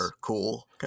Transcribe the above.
cool